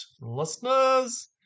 listeners